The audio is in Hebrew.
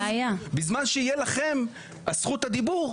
בזמן שיהיה לכם זכות הדיבור,